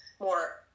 more